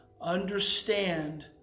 understand